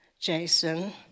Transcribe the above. jason